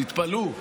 תתפלאו.